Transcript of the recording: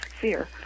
fear